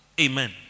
Amen